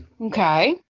Okay